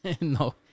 No